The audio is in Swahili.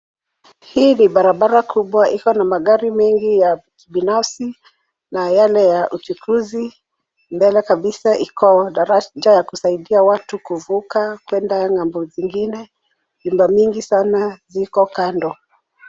Hii ni barabara kubwa iliyo na magari mengi ya kibinafsi na yale ya uchukuzi. Mbele kabisa iko daraja ya kusaidia watu kuvuka ng'ambo zingine .Nyumba nyingi sana ziko kando.